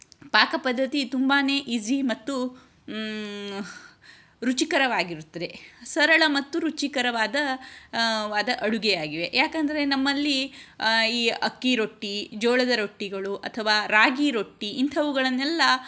ಪಾಕ ಪದ್ಧತಿ ತುಂಬಾನೇ ಈಝೀ ಮತ್ತು ರುಚಿಕರವಾಗಿರುತ್ತದೆ ಸರಳ ಮತ್ತು ರುಚಿಕರವಾದ ವಾದ ಅಡುಗೆಯಾಗಿದೆ ಯಾಕೆಂದರೆ ನಮ್ಮಲ್ಲಿ ಈ ಅಕ್ಕಿ ರೊಟ್ಟಿ ಜೋಳದ ರೊಟ್ಟಿಗಳು ಅಥವಾ ರಾಗಿ ರೊಟ್ಟಿ ಇಂಥವುಗಳನ್ನೆಲ್ಲ